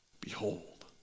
behold